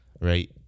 right